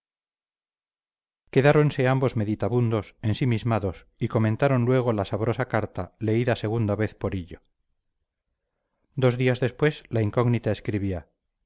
chitón quedáronse ambos meditabundos ensimismados y comentaron luego la sabrosa carta leída segunda vez por hillo dos días después la incógnita escribía